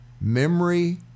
memory